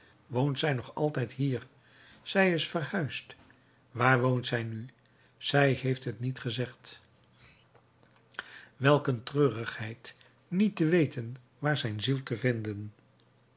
woont zij nog altijd hier zij is verhuisd waar woont zij nu zij heeft het niet gezegd welk een treurigheid niet te weten waar zijn ziel te vinden